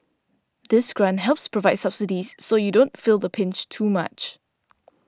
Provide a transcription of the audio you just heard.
this grant helps provide subsidies so you don't feel the pinch too much